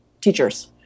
teachers